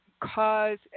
cause